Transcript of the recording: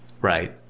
Right